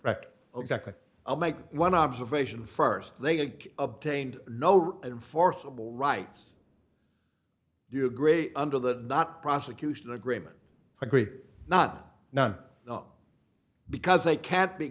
record exactly i'll make one observation st they obtained no and forcible rights you agree under the not prosecution agreement agree not not not because they can't be